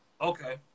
Okay